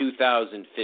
2015